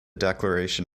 declaration